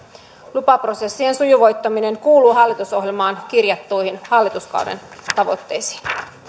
lupaprosessien sujuvoittaminen kuuluu hallitusohjelmaan kirjattuihin hallituskauden tavoitteisiin